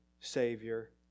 Savior